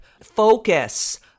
focus